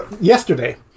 yesterday